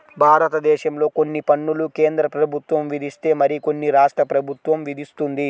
భారతదేశంలో కొన్ని పన్నులు కేంద్ర ప్రభుత్వం విధిస్తే మరికొన్ని రాష్ట్ర ప్రభుత్వం విధిస్తుంది